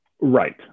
Right